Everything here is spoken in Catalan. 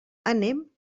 anem